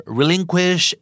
relinquish